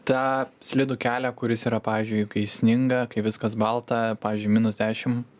tą slidų kelią kuris yra pavyzdžiui kai sninga kai viskas balta pavyzdžiui minus dešim